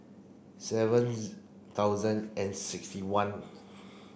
seven thousand and sixty one